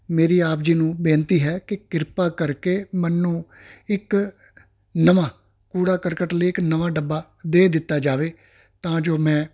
ਮੇਰੀ ਆਪ ਜੀ ਨੂੰ ਬੇਨਤੀ ਹੈ ਕਿ ਕਿਰਪਾ ਕਰਕੇ ਮੈਂਨੂੰ ਇੱਕ ਨਵਾਂ ਕੂੜਾ ਕਰਕਟ ਲਈ ਇੱਕ ਨਵਾਂ ਡੱਬਾ ਦੇ ਦਿੱਤਾ ਜਾਵੇ ਤਾਂ ਜੋ ਮੈਂ